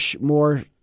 more